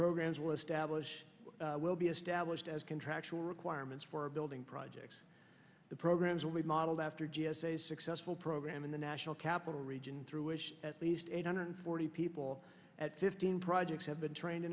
programs will establish will be established as contractual requirements for building projects the programs will be modeled after g s a successful program in the national capital region through it at least eight hundred forty people at fifteen projects have been trained